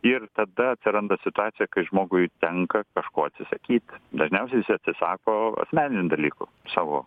ir tada atsiranda situacija kai žmogui tenka kažko atsisakyt dažniausiai jisai atsisako asmeninių dalykų savo